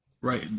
right